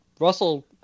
Russell